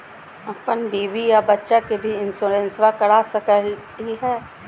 अपन बीबी आ बच्चा के भी इंसोरेंसबा करा सकली हय?